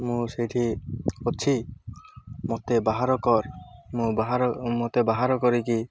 ମୁଁ ସେଇଠି ଅଛି ମୋତେ ବାହାର କର ମୁଁ ବାହାର ମୋତେ ବାହାର କରିକି